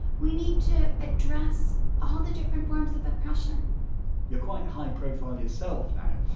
we need to address all the different forms of oppression you're quite high profile yourself now,